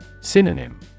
Synonym